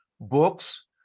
books